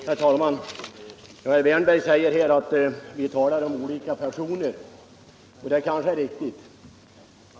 Herr talman! Herr Wärnberg sade att han och jag tydligen talar om olika människor, och det är kanske riktigt.